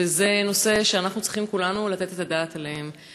וזה נושא שכולנו צריכים לתת את הדעת עליו,